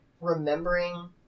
remembering